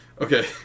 Okay